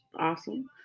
awesome